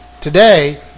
today